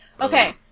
Okay